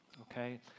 Okay